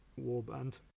Warband